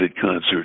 concert